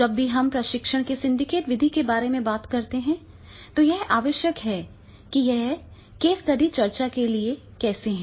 जब भी हम प्रशिक्षण के सिंडिकेट विधि के बारे में बात करते हैं तो यह आवश्यक है कि यह केस स्टडी चर्चा के लिए कैसे है